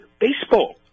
baseball